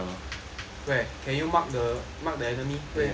where can you mark the mark the enemy where where is he at